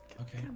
Okay